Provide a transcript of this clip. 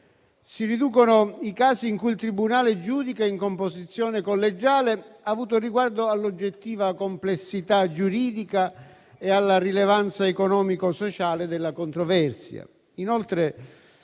Si riducono i casi in cui il tribunale giudica in composizione collegiale avuto riguardo all'oggettiva complessità giuridica e alla rilevanza economico-sociale della controversia.